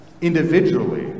individually